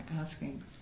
asking